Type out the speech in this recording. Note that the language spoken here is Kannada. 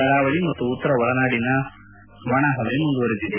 ಕರಾವಳಿ ಮತ್ತು ಉತ್ತರ ಒಳನಾಡಿನಲ್ಲಿ ಒಣಹವೆ ಮುಂದುವರೆದಿದೆ